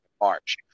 March